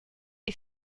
est